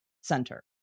center